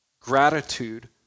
Gratitude